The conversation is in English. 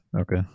Okay